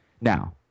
Now